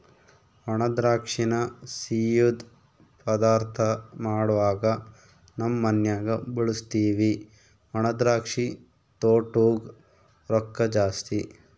ಒಣದ್ರಾಕ್ಷಿನ ಸಿಯ್ಯುದ್ ಪದಾರ್ಥ ಮಾಡ್ವಾಗ ನಮ್ ಮನ್ಯಗ ಬಳುಸ್ತೀವಿ ಒಣದ್ರಾಕ್ಷಿ ತೊಟೂಗ್ ರೊಕ್ಕ ಜಾಸ್ತಿ